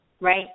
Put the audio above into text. right